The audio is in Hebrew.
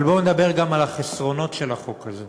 אבל בואו נדבר גם על החסרונות של החוק הזה.